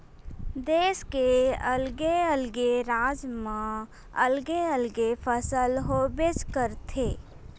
देस के अलगे अलगे राज म अलगे अलगे फसल होबेच करथे